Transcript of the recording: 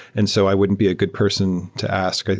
and so i wouldn't be a good person to ask.